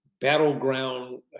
battleground